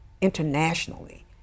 internationally